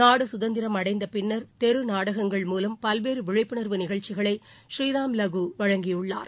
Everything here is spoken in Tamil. நாடு சுதந்திரம் அடைந்த பின்னா் தெரு நாடகங்கள் மூலம் பல்வேறு விழிப்புணா்வு நிகழ்ச்சிகளை ஸ்ரீராம் லகூ வழங்கியுள்ளார்